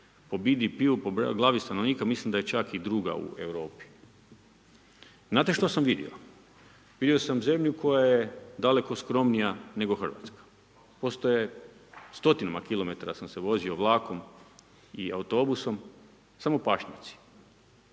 po BDP-u, po glavi stanovnika, mislim da je čak i 2. u Europi. Znate što sam vidio? Vidio sam zemlju koja je dalek skromnija nego Hrvatska. Postoje stotinama kilometra sam se vozio vlakom i autobusom, samo pašnjaci,